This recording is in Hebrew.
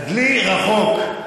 הדלי רחוק.